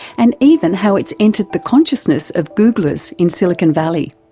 and even how it's entered the consciousness of googlers in silicon valley.